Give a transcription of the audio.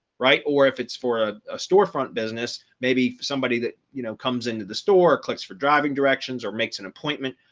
right. or if it's for a storefront business, maybe somebody that, you know, comes into the store clicks for driving directions or makes an appointment,